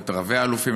ואת רבי-האלופים,